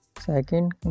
second